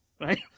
Right